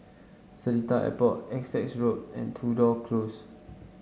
Seletar Airport Essex Road and Tudor Close